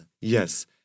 Yes